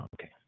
Okay